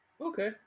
okay